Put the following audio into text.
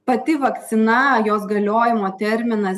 pati vakcina jos galiojimo terminas